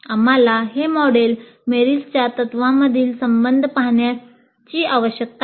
आम्हाला हे मॉडेल आणि मेरिलच्या तत्त्वांमधील संबंध पाहण्याची आवश्यकता आहे